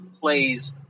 plays